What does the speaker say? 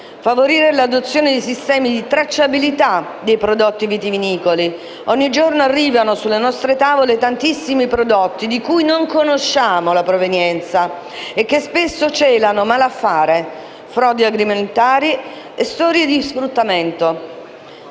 favorire l'adozione di sistemi di tracciabilità dei prodotti vitivinicoli. Ogni giorno arrivano sulle nostre tavole tantissimi prodotti di cui non conosciamo la provenienza e che spesso celano malaffare, frodi agroalimentari, storie di sfruttamento.